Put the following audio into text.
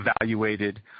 evaluated